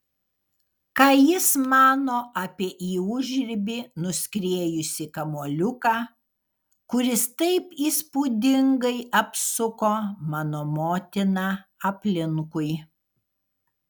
ką jis mano apie į užribį nuskriejusi kamuoliuką kuris taip įspūdingai apsuko mano motiną aplinkui